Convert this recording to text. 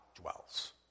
dwells